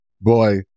boy